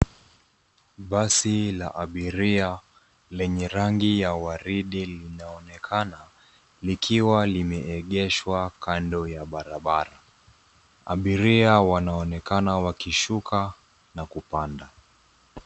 Basi la abiria lenye rangi ya waridi linaonekana likiwa limeegeshwa kando ya barabara. Abiria wanaonekana wakishuka na kupanda.